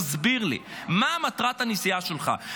תסביר לי מה מטרת הנסיעה שלך.